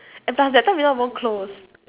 and plus that time we not even close